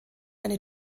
eine